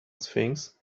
sphinx